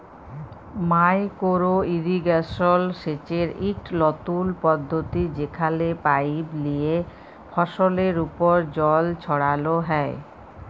micro irrigation সেচের ইকট লতুল পদ্ধতি যেখালে পাইপ লিয়ে ফসলের উপর জল ছড়াল হ্যয়